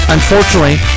Unfortunately